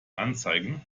anzeigen